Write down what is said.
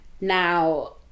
Now